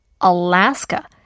Alaska